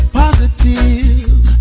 positive